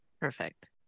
Perfect